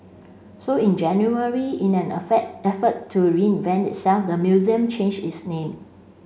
so in January in an effort to reinvent itself the museum changed its name